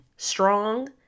strong